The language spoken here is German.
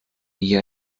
nie